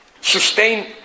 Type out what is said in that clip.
sustain